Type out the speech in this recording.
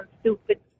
stupid